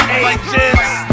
agents